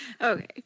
Okay